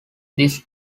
this